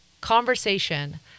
conversation